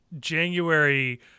January